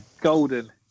Golden